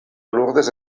lourdes